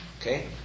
Okay